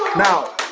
now,